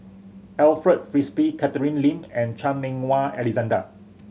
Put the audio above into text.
Alfred Frisby Catherine Lim and Chan Meng Wah Alexander